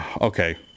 okay